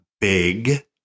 big